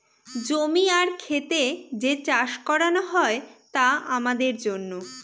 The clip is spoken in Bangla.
জমি আর খেত যে চাষ করানো হয় তা আমাদের জন্য